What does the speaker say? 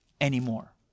anymore